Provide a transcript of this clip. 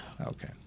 Okay